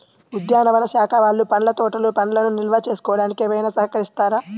ఉద్యానవన శాఖ వాళ్ళు పండ్ల తోటలు పండ్లను నిల్వ చేసుకోవడానికి ఏమైనా సహకరిస్తారా?